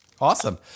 Awesome